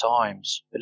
times